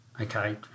okay